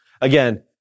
again